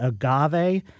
agave